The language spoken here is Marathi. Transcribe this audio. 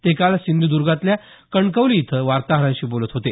ते काल सिंधुदूर्गातल्या कणकवली इथं वार्ताहरांशी बोलत होते